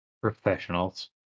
Professionals